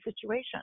situation